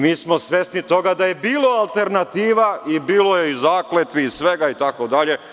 Mi smo svesni toga da je bilo alternativa i bilo je i zakletvi i svega itd.